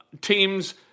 teams